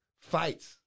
fights